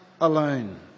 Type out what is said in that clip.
alone